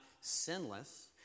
sinless